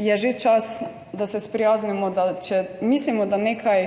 je že čas, da se sprijaznimo, da če mislimo, da nekaj,